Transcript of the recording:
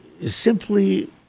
simply